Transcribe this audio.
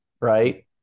Right